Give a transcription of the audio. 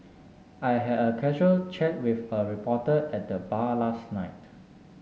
I had a casual chat with a reporter at the bar last night